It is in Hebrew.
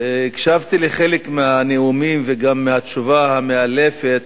הקשבתי לחלק מהנאומים, וגם לתשובה המאלפת